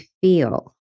feel